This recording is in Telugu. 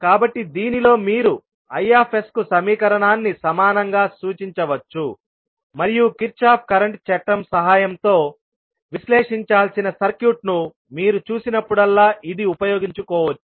కాబట్టి దీనిలో మీరు Is కు సమీకరణాన్ని సమానంగా సూచించవచ్చు మరియు కిర్చోఫ్ కరెంటు చట్టం సహాయంతో విశ్లేషించాల్సిన సర్క్యూట్ను మీరు చూసినప్పుడల్లా ఇది ఉపయోగించుకోవచ్చు